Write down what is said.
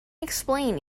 explain